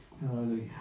Hallelujah